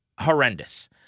Horrendous